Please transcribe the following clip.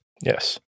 Yes